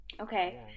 okay